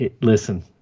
Listen